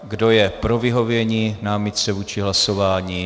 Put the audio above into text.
Kdo je pro vyhovění námitce vůči hlasování?